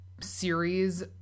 series